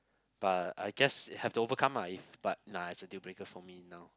but I guess have to overcome ah if but lah is a deal breaker for me now